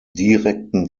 direkten